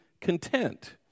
content